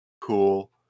Cool